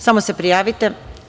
Samo se prijavite.